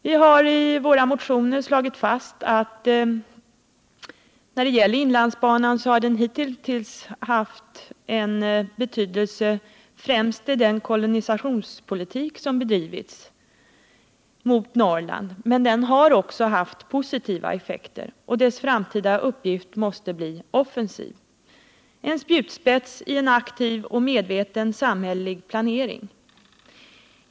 Vi har i våra motioner slagit fast att inlandsbanan hittills har haft betydelse främst i den kolonisationspolitik som bedrivits mot Norrland, men den har också haft positiva effekter, och dess framtida uppgift måste bli offensiv — en spjutspetsien aktiv och medveten samhällelig planering.